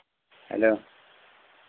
hello